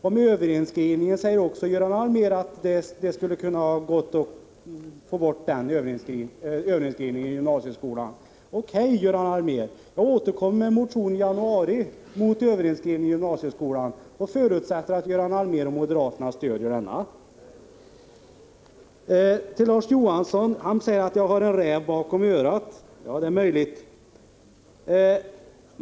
Om överinskrivningen säger Göran Allmér också att man skulle ha kunnat få bort den i gymnasieskolan. O.K., Göran Allmér, jag återkommer i januari med en motion mot överinskrivning i gymnasieskolan och förutsätter att Göran Allmér och moderaterna stöder denna. Larz Johansson säger att jag har en räv bakom örat. Det är möjligt.